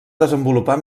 desenvolupar